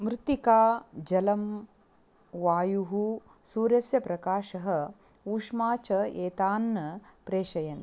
मृत्तिकाजलं वायुः सूर्यस्य प्रकाशः उष्मा च एतान् प्रेषयन्ति